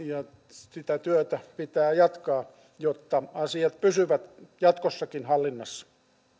sitä työtä pitää jatkaa jotta asiat pysyvät jatkossakin hallinnassa